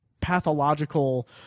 pathological